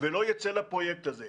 -- לא יצא לפרויקט הזה.